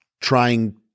trying